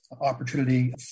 opportunity